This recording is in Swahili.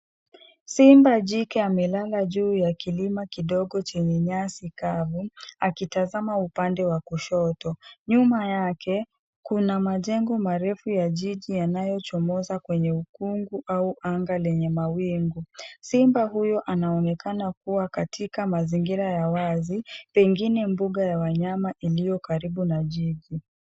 Simba jike amelala juu ya kilima kidogo chenye nyasi kavu akitazama upande wa kushoto. Nyuma yake, kuna majengo marefu ya jiji yanayochomoza kwenye ukungu au anga lenye mawingu. Simba huyu anaonekana kuwa katika mazingira ya wazi pengine mbuga ya wanyama iliyo karibu na jiji.